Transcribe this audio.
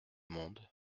monde